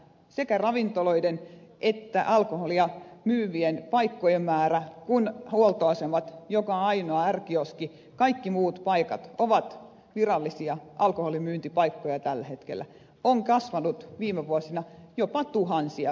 sekä ravintoloiden että alkoholia myyvien paikkojen määrä kun huoltoasemat joka ainoa r kioski ja kaikki muut paikat ovat virallisia alkoholin myyntipaikkoja tällä hetkellä on kasvanut viime vuosina jopa tuhansia per vuosi